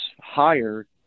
higher